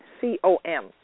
C-O-M